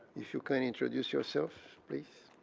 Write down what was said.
if you can introduce yourself, please.